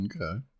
Okay